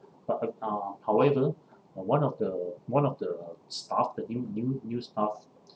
but uh uh however one of the one of the staff the new new new staff